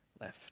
left